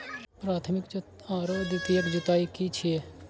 प्राथमिक आरो द्वितीयक जुताई की छिये?